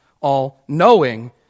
all-knowing